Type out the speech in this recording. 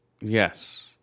Yes